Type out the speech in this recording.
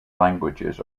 languages